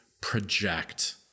project